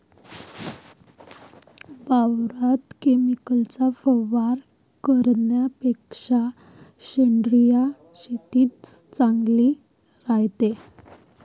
वावरात केमिकलचा वापर करन्यापेक्षा सेंद्रिय शेतीच चांगली रायते